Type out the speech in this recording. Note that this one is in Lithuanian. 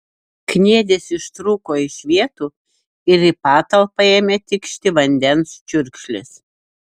kniedės ištrūko iš vietų ir į patalpą ėmė tikšti vandens čiurkšlės